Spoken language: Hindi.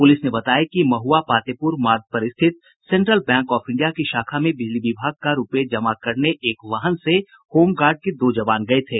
पुलिस ने बताया कि महुआ पातेपुर मार्ग पर स्थित सेंट्रल बैंक ऑफ इंडिया की शाखा में बिजली विभाग का रुपये जमा करने एक वाहन से होमगार्ड के दो जवान गये थे